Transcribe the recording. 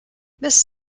miss